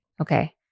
Okay